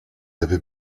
avait